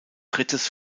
drittes